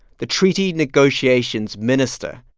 the treaty negotiations minister,